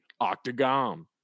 octagon